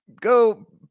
go